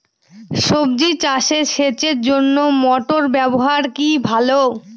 সবজি চাষে সেচের জন্য মোটর ব্যবহার কি ভালো?